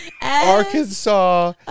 Arkansas